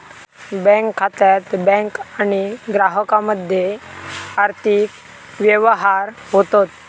bank खात्यात bank आणि ग्राहकामध्ये आर्थिक व्यवहार होतत